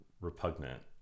repugnant